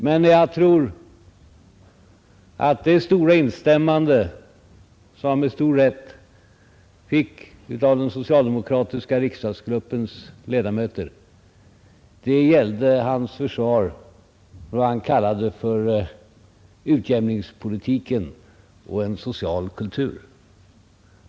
Men jag tror att det stora instämmande som han med all rätt fick av den socialdemokratiska riksdagsgruppens ledamöter gällde hans försvar för vad han kallade utjämningspolitiken och en social kultur.